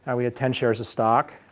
and we had ten shares of stock,